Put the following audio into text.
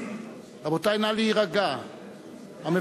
אחרים ילמדו ממנו?